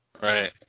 Right